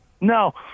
No